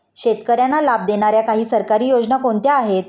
शेतकऱ्यांना लाभ देणाऱ्या काही सरकारी योजना कोणत्या आहेत?